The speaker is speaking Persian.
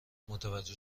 متوجه